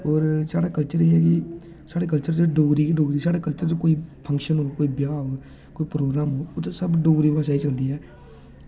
होर साढ़ा कल्चर एह् ऐ की साढ़े कल्चर च डोगरी गै डोगरी साढ़े कल्चर च कोई फंक्शन जां ब्याह् होग कोई प्रोग्राम होन सब डोगरी भाशा गै चलदी ऐ